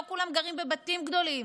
לא כולם גרים בבתים גדולים,